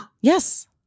Yes